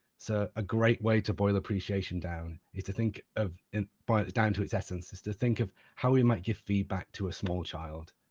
so a great way to boil the appreciation down is to think of and but down to its essence is to think of how we might give feedback to a small child.